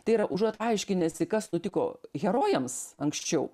tai yra užuot aiškinęsi kas nutiko herojams anksčiau